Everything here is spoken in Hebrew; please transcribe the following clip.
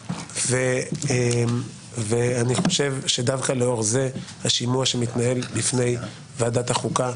אני חושב שדווקא לאור זה השימוע שמתנהל בפני ועדת החוקה,